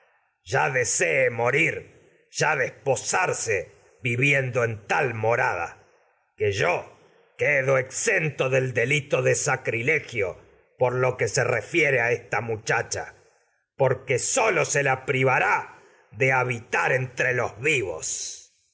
ya desee mo rir ya desposarse viviendo do exento tal morada por que yo se que del delito de sacrilegio lo que refiere a esta muchacha los porque sólo se la privará de habitar entre vivos